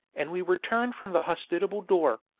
and we were turned from the hospitable door.